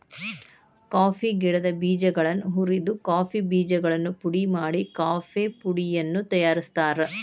coffee ಗಿಡದ ಬೇಜಗಳನ್ನ ಹುರಿದ ಕಾಫಿ ಬೇಜಗಳನ್ನು ಪುಡಿ ಮಾಡಿ ಕಾಫೇಪುಡಿಯನ್ನು ತಯಾರ್ಸಾತಾರ